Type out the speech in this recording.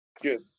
Good